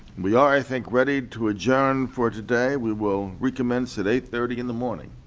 we are, i think, ready to adjourn for today. we will recommence at eight thirty in the morning.